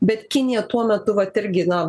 bet kinija tuo metu vat irgi na